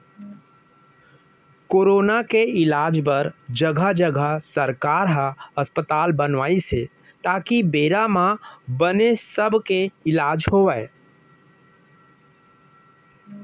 corona के इलाज बर जघा जघा सरकार ह अस्पताल बनवाइस हे ताकि बेरा म बने सब के इलाज होवय